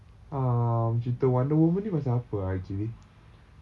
um cerita wonder woman ni pasal apa ah actually